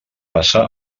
passa